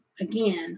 again